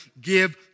give